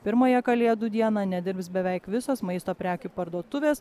pirmąją kalėdų dieną nedirbs beveik visos maisto prekių parduotuvės